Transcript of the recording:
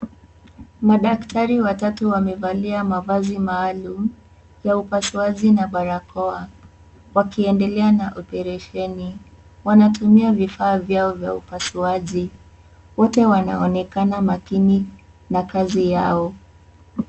Madaktari watatu wamevalia mavazi maalum ya upasuaji na barakoa wakiendelea na oparasheni wanatumia vifaa vyao vya upasuaji wote wanaonekana makini na kazi yao.